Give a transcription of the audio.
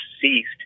ceased